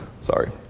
sorry